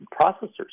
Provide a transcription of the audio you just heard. processors